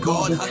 God